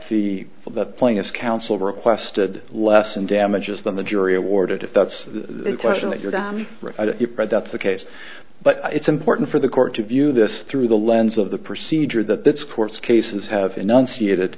the plane is counsel requested less and damages than the jury awarded if that's the question that you're right that's the case but it's important for the court to view this through the lens of the procedure that this court's cases have enunciated i